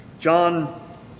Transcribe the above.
John